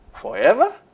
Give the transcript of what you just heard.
Forever